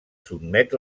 sotmet